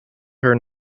her